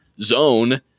zone